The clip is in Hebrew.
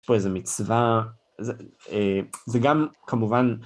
פה איזה מצווה, זה גם כמובן